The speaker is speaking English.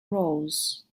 rose